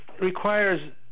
requires